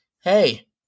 hey